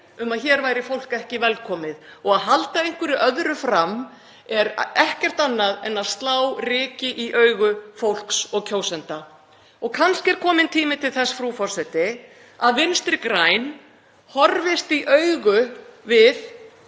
um að hér væri fólk ekki velkomið og að halda einhverju öðru fram er ekkert annað en að slá ryki í augu fólks og kjósenda. Og kannski er kominn tími til þess, frú forseti, að Vinstri græn horfist í augu við